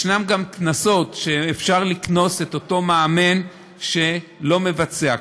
יש קנסות שאפשר לקנוס את אותו מאמן שלא מבצע,